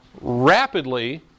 rapidly